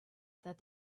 that